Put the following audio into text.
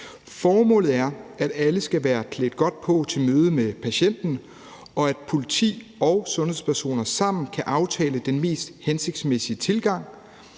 Formålet er, at alle skal være klædt godt på til mødet med patienten, og at politi og sundhedspersoner sammen kan aftale den mest hensigtsmæssige tilgang,